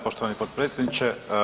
poštovani potpredsjedniče.